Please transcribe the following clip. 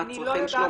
מה הצרכים שלו,